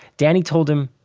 danny told him,